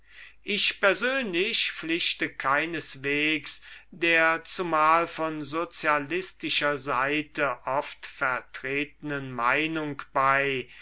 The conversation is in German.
ich persönlich pflichte keineswegs der zumal von sozialistischer seite oft vertretenen meinung bei